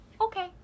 Okay